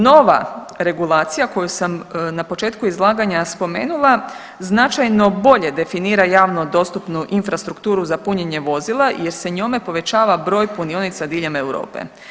Nova regulacija koju sam na početku izlaganja spomenula značajno bolje definira javno dostupnu infrastrukturu za punjenje vozila jer se njome povećava broj punionica diljem Europe.